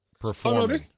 performing